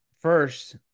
First